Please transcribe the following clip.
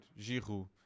Giroud